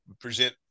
present